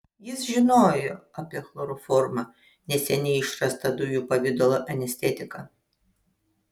jis žinojo apie chloroformą neseniai išrastą dujų pavidalo anestetiką